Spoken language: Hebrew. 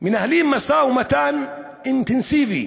מנהלים משא-ומתן אינטנסיבי,